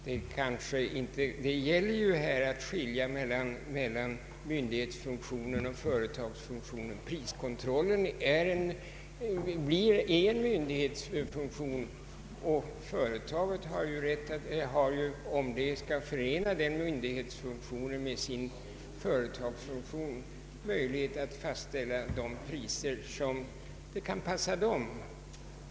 Det gäller ju här att skilja mellan myndighetsfunktionen och företagsfunktionen. Priskontrollen är en myndighetsfunktion, och företaget har ju, om det skall förena denna myndighetsfunktion med sin företagsfunktion, möjlighet att fastställa de priser som passar företaget.